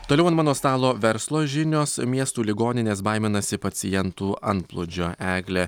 toliau ant mano stalo verslo žinios miestų ligoninės baiminasi pacientų antplūdžio eglė